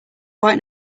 quite